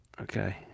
okay